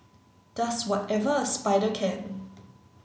does whatever a Spider can